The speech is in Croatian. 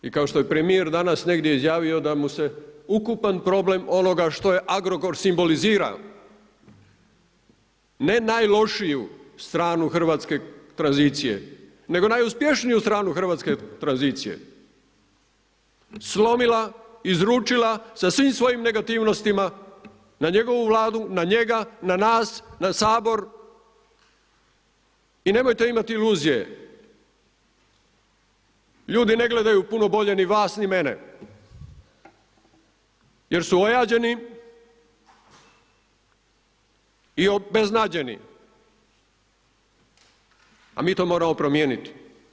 I kao što je premijer danas negdje izjavio da mu se ukupan problem onoga što je Agrokor simbolizirao, ne najlošiju stranu hrvatske tranzicije, nego najuspješniju stranu hrvatske tranzicije, slomila, izručila sa svim svojim negativnostima na njegovu Vladu, na njega, na nas, na Sabor i nemojte imati iluzije, ljudi ne gledaju puno bolje ni vas ni mene jer su ojađeni i obeznađeni, a mi to moramo promijeniti.